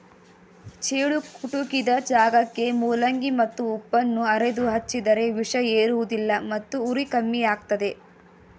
ಚೇಳು ಕುಟುಕಿದ ಜಾಗಕ್ಕೆ ಮೂಲಂಗಿ ಮತ್ತು ಉಪ್ಪನ್ನು ಅರೆದು ಹಚ್ಚಿದರೆ ವಿಷ ಏರುವುದಿಲ್ಲ ಮತ್ತು ಉರಿ ಕಮ್ಮಿಯಾಗ್ತದೆ